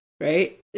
right